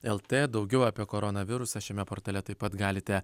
lt daugiau apie koronavirusą šiame portale taip pat galite